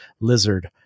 lizard